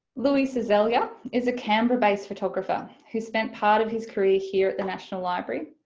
louis seselja is a canberra base photographer who spent part of his career here at the national library.